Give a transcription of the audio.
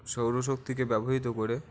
সৌরশক্তিকে ব্যবহৃত করে